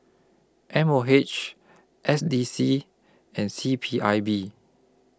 M O H S D C and C P I B